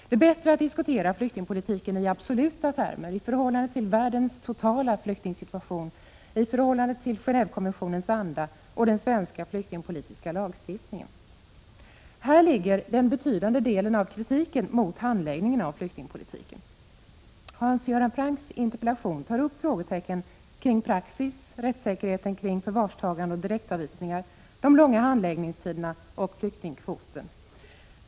Det är bättre att diskutera flyktingpolitiken i absoluta termer, i förhållande till världens totala flyktingsituation, i förhållande till Gen&vekonventionens anda och i förhållande till den svenska flyktingpolitiska lagstiftningen. Här ligger den betydande delen av kritiken mot handläggningen av flyktingpolitiken. Hans Göran Franck tar i sin interpellation upp frågetecken kring praxis, kring rättssäkerheten kring förvarstagande och direktavvisningar, de långa handläggningstiderna och flyktingkvoten.